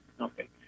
Okay